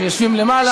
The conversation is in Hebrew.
שיושבים למעלה.